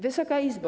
Wysoka Izbo!